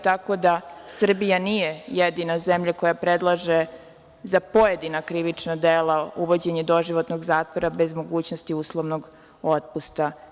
Tako da, Srbija nije jedina zemlja koja predlaže, za pojedina krivična dela, uvođenje doživotnog zatvora bez mogućnosti uslovnog otpusta.